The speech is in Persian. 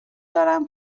دارم